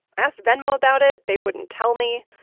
asked venmo about it they wouldn't tell me.